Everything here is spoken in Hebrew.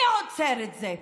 מי עוצר את זה?